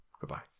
goodbye